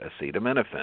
acetaminophen